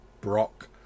brock